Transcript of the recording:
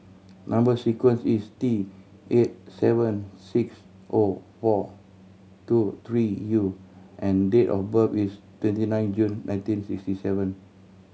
number sequence is T eight seven six O four two three U and date of birth is twenty nine June nineteen sixty seven